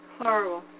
Horrible